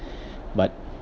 but